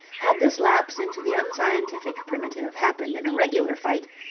had this lapse into the unscientific primitive happened in a regular fight,